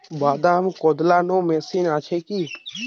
বাদাম কদলানো মেশিন আছেকি?